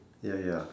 ya ya